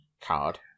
card